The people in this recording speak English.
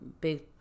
big